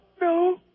No